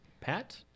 Pat